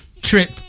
trip